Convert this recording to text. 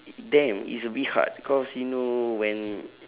damn it's a bit hard because you know when